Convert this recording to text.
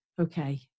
okay